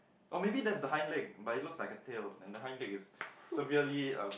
or maybe there is a high leg but it looks like a tail and the high leg is severely um